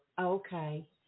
okay